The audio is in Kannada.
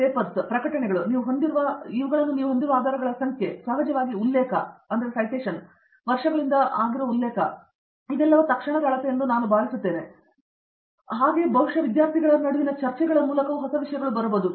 ಪ್ರೊಫೆಸರ್ ದೀಪಾ ವೆಂಕಟೇಶ್ ಮತ್ತು ನಿಮ್ಮ ಪೇಟೆಂಟುಗಳು ನಿಮ್ಮ ಪೇಪರ್ಸ್ ನೀವು ಹೊಂದಿರುವ ಆಧಾರಗಳ ಸಂಖ್ಯೆ ಸಹಜವಾಗಿ ಉಲ್ಲೇಖ ವರ್ಷಗಳಿಂದ ಬರುವ ಏನಾದರೂ ಆದರೆ ತಕ್ಷಣವೇ ಅಳತೆ ಎಂದು ನಾನು ಭಾವಿಸುವ ಅಳತೆ ಬಹುಶಃ ವಿದ್ಯಾರ್ಥಿಗಳ ನಡುವೆ ಚರ್ಚೆಯ ಮೂಲಕ ಬರಲಿದೆ